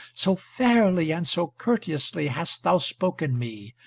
so fairly and so courteously hast thou spoken me!